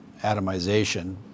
atomization